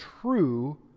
true